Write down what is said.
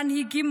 המנהיגים,